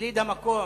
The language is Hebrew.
יליד המקום.